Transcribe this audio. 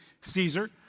Caesar